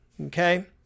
Okay